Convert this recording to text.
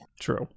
True